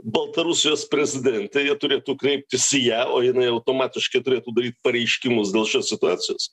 baltarusijos prezidentę jie turėtų kreiptis į ją o jinai automatiškai turėtų daryt pareiškimus dėl šios situacijos